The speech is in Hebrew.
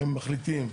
הם מחליטים.